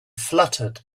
fluttered